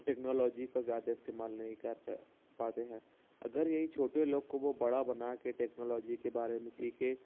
technology کا زیادہ استعمال نہیں کرتے پاتے ہیں اگر یہی چھوٹے لوگ کو وہ بڑا بنا کے ٹیکنالوجی کے بارے میں سیکھے